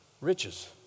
riches